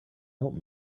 help